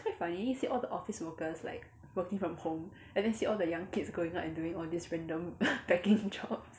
quite funny see all the office workers like working from home and then see all the young kids going out and doing all these random packing jobs